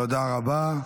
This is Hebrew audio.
תודה רבה.